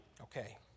Okay